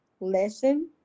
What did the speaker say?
lesson